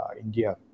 India